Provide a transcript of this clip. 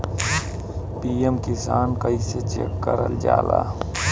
PM Kisan कइसे check करल जाला?